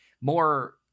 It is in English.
more